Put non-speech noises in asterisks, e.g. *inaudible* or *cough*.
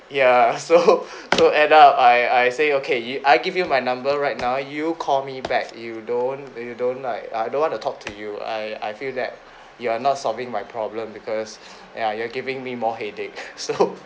ya *laughs* so *laughs* so end up I I say okay I give you my number right now you call me back you don't you don't like I don't want to talk to you I I feel that you're not solving my problem because ya you are giving me more headache so *laughs*